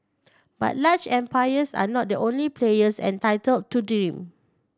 but large empires are not the only players entitled to dream